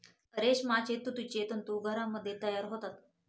रेशमाचे तुतीचे तंतू घरामध्ये तयार होतात